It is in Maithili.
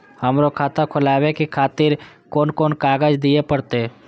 हमरो खाता खोलाबे के खातिर कोन कोन कागज दीये परतें?